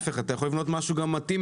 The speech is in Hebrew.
אתה יכול לבנות משהו מתאים,